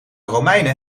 romeinen